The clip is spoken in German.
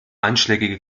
einschlägige